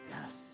Yes